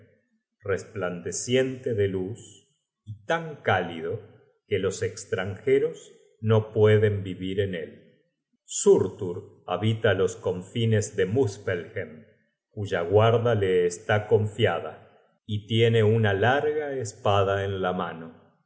resplandeciente de luz y tan cálido que los estranjeros no pueden vivir en él surtur habita los confines de muspelhem cuya guarda le está confiada y tie ne una larga espada en la mano